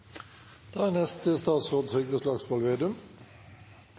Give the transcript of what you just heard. Da er neste